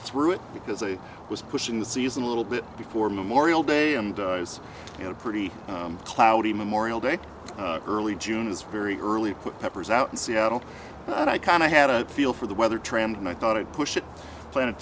through it because i was pushing the season a little bit before memorial day and you know pretty cloudy memorial day early june is very early peppers out in seattle and i kind of had a feel for the weather tram and i thought i'd push it planted